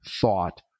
thought